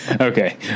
okay